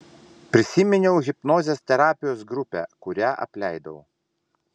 prisiminiau hipnozės terapijos grupę kurią apleidau